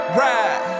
ride